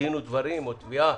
דין ודברים או תביעה